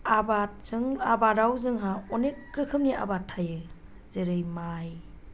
आबादजों आबादाव जोंहा अनेख रोखोमनि आबाद थायो जेरै माइ